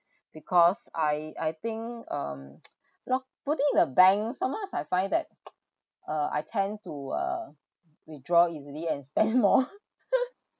because I I think um putting in the bank sometimes I find that uh I tend to uh withdraw easily and spend more